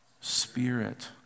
spirit